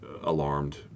Alarmed